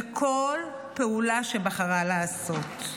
בכל פעולה שבחרה לעשות.